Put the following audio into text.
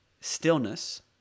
stillness